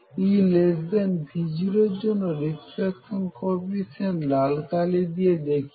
EV0 এর জন্য reflection coefficient লাল কালি দিয়ে দেখিয়েছি